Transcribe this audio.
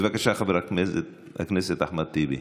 בבקשה, חבר הכנסת אחמד טיבי.